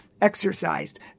exercised